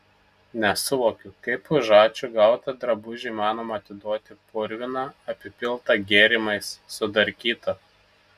nesuvokiu kaip už ačiū gautą drabužį įmanoma atiduoti purviną apipiltą gėrimais sudarkytą